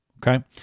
Okay